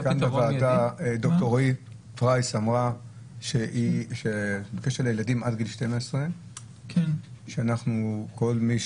ד"ר אלרועי פרייס אמרה שבקשר לילדים עד גיל 12 שאנחנו כל מי